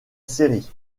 série